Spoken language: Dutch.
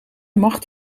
macht